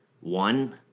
one